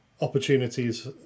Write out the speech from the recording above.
opportunities